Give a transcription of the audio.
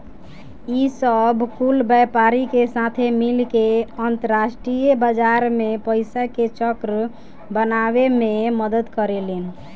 ई सब कुल व्यापारी के साथे मिल के अंतरास्ट्रीय बाजार मे पइसा के चक्र बनावे मे मदद करेलेन